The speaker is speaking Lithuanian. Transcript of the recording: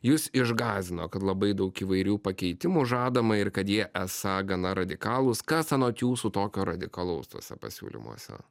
jus išgąsdino kad labai daug įvairių pakeitimų žadama ir kad jie esą gana radikalūs kas anot jūsų tokio radikalaus tuose pasiūlymuose